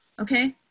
Okay